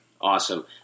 Awesome